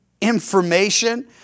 information